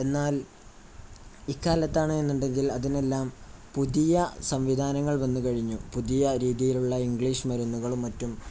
എന്നാൽ ഇക്കാലത്താണെന്നുണ്ടെങ്കിൽ അതിനെല്ലാം പുതിയ സംവിധാനങ്ങൾ വന്നുകഴിഞ്ഞു പുതിയ രീതിയിലുള്ള ഇംഗ്ലീഷ് മരുന്നുകളും മറ്റും